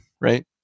right